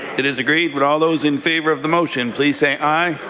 it is agreed. would all those in favour of the motion please say aye.